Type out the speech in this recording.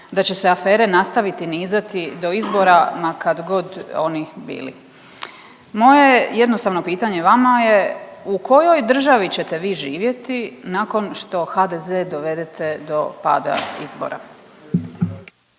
da će se afere nastaviti nizati do izbora ma kad god oni bili. Moje je jednostavno pitanje vama je, u kojoj državi ćete vi živjeti nakon što HDZ dovedete do pada izbora?